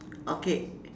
okay